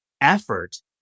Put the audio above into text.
effort